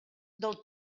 del